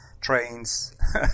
trains